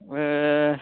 ए